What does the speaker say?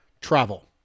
travel